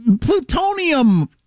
plutonium